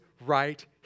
right